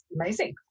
amazing